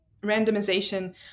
randomization